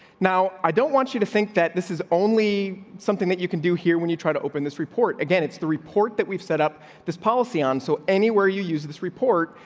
now, i don't want you to think that this is only something that you can do here when you try to open this report again, it's the report that we've set up this policy on. so anywhere you use this report,